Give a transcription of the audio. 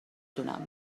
دونم